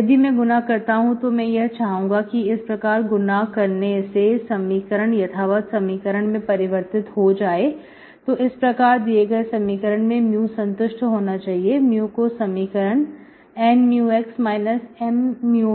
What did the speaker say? यदि मैं गुना करता हूं तो मैं यह चाहूंगा कि इस प्रकार गुनाह करने से समीकरण यथावत समीकरण में परिवर्तित हो जाए तो इस प्रकार दिए गए समीकरण में mu संतुष्ट होना चाहिए mu को समीकरण Nx M